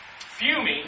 fuming